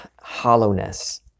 hollowness